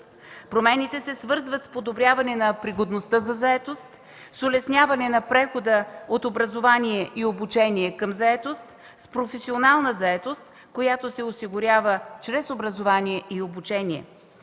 Промените се свързват с подобряване на пригодността за заетост, с улесняване на прехода от образование и обучение към заетост, с професионална заетост, която се осигурява чрез образование и обучение.